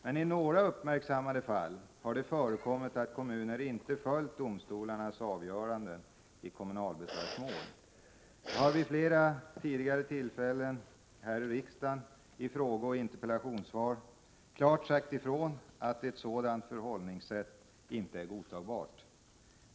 Men i några uppmärksammade fall har det förekommit att kommuner inte har följt domstolarnas avgöranden i kommunalbesvärsmål. Jag har vid flera tidigare tillfällen i frågeoch interpellationssvar klart sagt ifrån att ett sådant förhållningssätt inte är godtagbart.